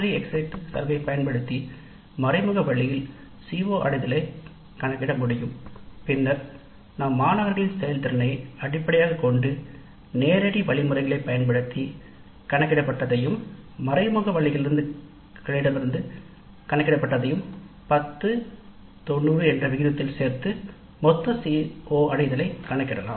exit survey கணக்கெடுப்புகளைப் பயன்படுத்தி மறைமுக வழியில் CO நிறைவேறுவதை கணக்கிட முடியும் பின்னர் நாம் மாணவர்களின் செயல்திறனை அடிப்படையாகக் கொண்டு நேரடி வழிமுறைகளைப் பயன்படுத்தி கணக்கிடப்பட்டதையும் மறைமுக வழிமுறைகளிலிருந்து கணக்கிடப்பட்டதையும் 1090 என்ற விகிதத்தில் சேர்த்து மொத்த CO அடைவதைக் கணக்கிடலாம்